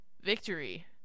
victory